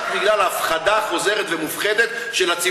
רק בגלל ההפחדה החוזרת של הציבור,